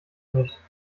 nicht